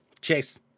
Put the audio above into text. Chase